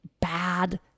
bad